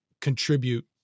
contribute